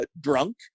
drunk